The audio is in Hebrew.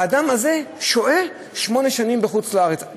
האדם הזה שוהה שמונה שנים בחוץ-לארץ,